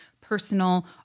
personal